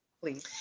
please